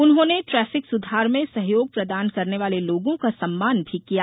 उन्होंने ट्रैफिक सुधार में सहयोग प्रदान करने वाले लोगों का सम्मान भी किया गया